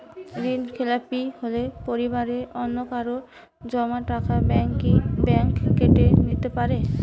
ঋণখেলাপি হলে পরিবারের অন্যকারো জমা টাকা ব্যাঙ্ক কি ব্যাঙ্ক কেটে নিতে পারে?